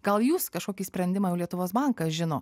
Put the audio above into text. gal jūs kažkokį sprendimą jau lietuvos bankas žino